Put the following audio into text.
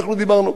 אנחנו דיברנו.